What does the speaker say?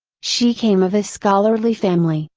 she came of a scholarly family,